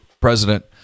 president